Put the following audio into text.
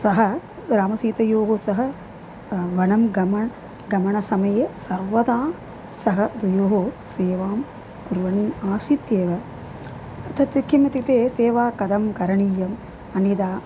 सः रामसीतयोः सह वनं गमनं गमनसमये सर्वदा सः द्वयोः सेवां कुर्वन् आसीधेव तत् किम् इत्युक्ते सेवा कथं करणीयम् अन्यथा